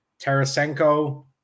tarasenko